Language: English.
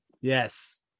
Yes